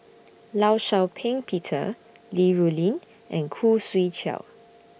law Shau Ping Peter Li Rulin and Khoo Swee Chiow